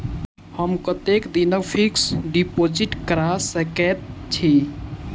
हम कतेक दिनक फिक्स्ड डिपोजिट करा सकैत छी?